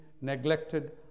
neglected